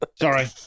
Sorry